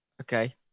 Okay